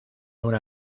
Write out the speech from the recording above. una